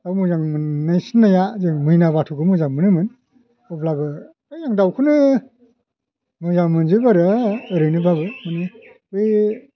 दाउ मोजां मोननायसिननाया जों मैना बाथ'खौबो मोजां मोनोमोन अब्लाबो है आं दाउखौनो मोजां मोनजोबो आरो ओरैनोबाबो माने बे